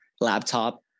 laptop